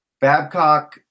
Babcock